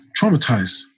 traumatized